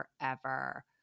forever